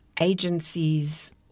agencies